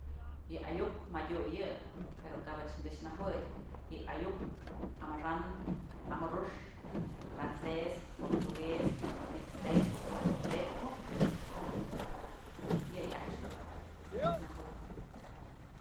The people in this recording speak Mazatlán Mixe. Yë ayu'uk madyu yë pero kapëch këx najuey ji'i ayu'uk, amaxa'an, amuru'ux frances, portugues, mixteco, zapoteco yëyë ajtyëch dun najuebyë.